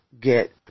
get